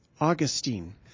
Augustine